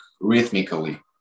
rhythmically